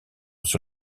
sur